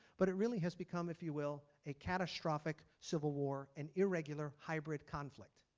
but it really has become if you will, a catastrophic civil war and irregular hybrid conflict.